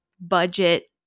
budget